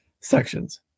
sections